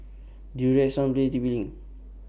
Durex Sunplay T P LINK